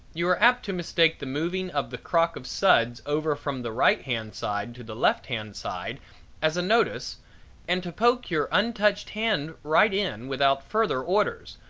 you are apt to mistake the moving of the crock of suds over from the right hand side to the left hand side as a notice and to poke your untouched hand right in without further orders,